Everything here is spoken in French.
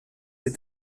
est